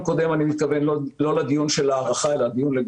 שלא צריך להעמיס.